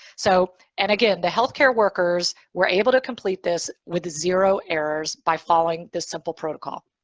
so and again, the healthcare workers were able to complete this with zero errors by following this simple protocol.